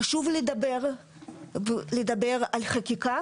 חשוב לדבר על חקיקה